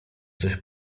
coś